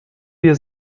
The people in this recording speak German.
wir